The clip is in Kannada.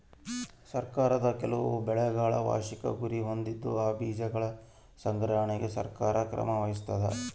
ಸರ್ಕಾರ ಕೆಲವು ಬೆಳೆಗಳ ವಾರ್ಷಿಕ ಗುರಿ ಹೊಂದಿದ್ದು ಆ ಬೀಜಗಳ ಸಂಗ್ರಹಣೆಗೆ ಸರ್ಕಾರ ಕ್ರಮ ವಹಿಸ್ತಾದ